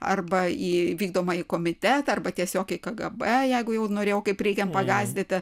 arba į vykdomąjį komitetą arba tiesiog į kgb jeigu jau norėjo kaip reikiant pagąsdinti